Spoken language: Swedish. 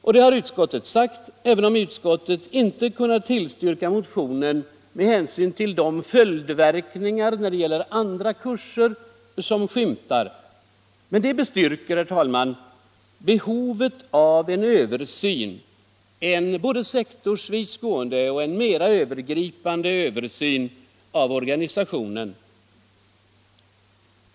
Detta har utskottet anfört, även om utskottet inte kunnat tillstyrka motionen med hänsyn till de följdverkningar beträffande andra kurser som skymtar. Detta bestyrker, herr talman, behovet av en översyn — både en sektorsvis gående och en mera övergripande översyn — av organisationen.